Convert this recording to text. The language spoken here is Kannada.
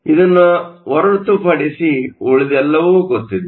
ಇದನ್ನು ಹೊರತುಪಡಿಸಿ ಉಳಿದೆಲ್ಲವೂ ಗೊತ್ತಿದೆ